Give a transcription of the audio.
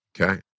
Okay